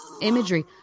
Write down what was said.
imagery